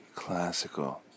Classical